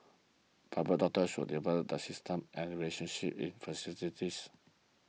Private Hospitals develop the systems and relationships it facilitate this